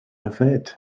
yfed